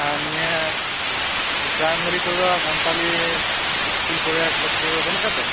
ᱟᱸ ᱱᱤᱭᱟ ᱯᱨᱟᱣᱢᱟᱨᱤ ᱠᱚᱨᱮ ᱫᱚ ᱥᱟᱱᱛᱟᱞᱤ ᱤᱥᱠᱩᱞ ᱠᱚᱨᱮ ᱠᱚᱞᱮᱡ ᱠᱚᱨᱮ ᱵᱟ ᱱᱩᱜ ᱟᱠᱟᱫᱛᱮ